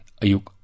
ayuk